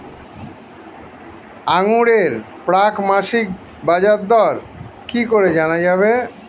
আঙ্গুরের প্রাক মাসিক বাজারদর কি করে জানা যাবে?